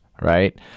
Right